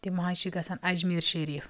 تِم حظ چھِ گَژھان اجمیٖر شریٖف